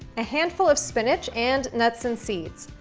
a handful of spinach, and nuts and seeds.